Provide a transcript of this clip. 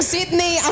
Sydney